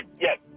Yes